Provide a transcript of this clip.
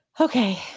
Okay